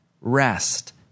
rest